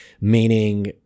meaning